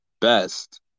best